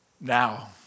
Now